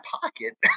pocket